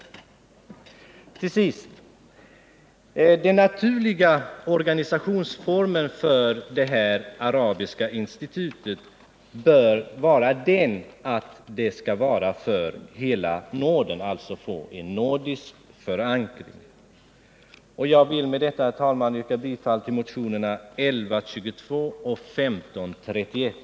Den naturliga organisationsformen för ett arabiskt institut bör också innebära en nordisk förankring. Jag vill, herr talman, yrka bifail till motionerna 1122 och 1531.